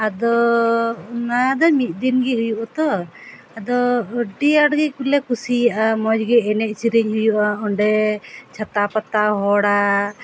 ᱟᱫᱚ ᱚᱱᱟ ᱫᱚ ᱢᱤᱫ ᱫᱤᱱ ᱜᱮ ᱦᱩᱭᱩᱜᱼᱟ ᱛᱚ ᱟᱫᱚ ᱟᱹᱰᱤ ᱟᱸᱴ ᱜᱮ ᱠᱚᱞᱮ ᱠᱩᱥᱤᱭᱟᱜᱼᱟ ᱢᱚᱡᱽ ᱜᱮ ᱮᱱᱮᱡ ᱥᱮᱨᱮᱧ ᱦᱩᱭᱩᱜᱼᱟ ᱚᱸᱰᱮ ᱪᱷᱟᱛᱟ ᱯᱟᱛᱟ ᱦᱚᱲᱟᱜ